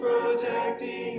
protecting